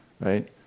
right